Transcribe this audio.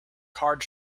card